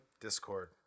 Discord